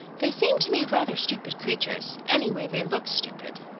they seem to me rather stupid creatures. anyway they look stupid.